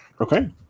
Okay